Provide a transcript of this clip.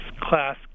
class